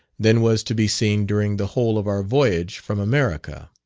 than was to be seen during the whole of our voyage from america.